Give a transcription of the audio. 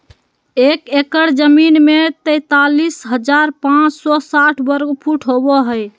एक एकड़ जमीन में तैंतालीस हजार पांच सौ साठ वर्ग फुट होबो हइ